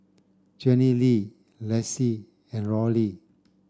Jenilee Lacie and Rory